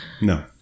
No